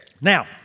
Now